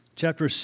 Chapter